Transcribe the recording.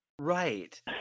Right